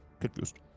confused